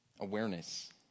Awareness